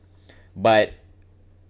but